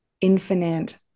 infinite